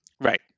right